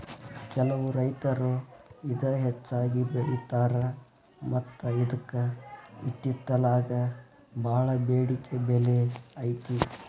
ಕೆಲವು ರೈತರು ಇದ ಹೆಚ್ಚಾಗಿ ಬೆಳಿತಾರ ಮತ್ತ ಇದ್ಕ ಇತ್ತಿತ್ತಲಾಗ ಬಾಳ ಬೆಡಿಕೆ ಬೆಲೆ ಐತಿ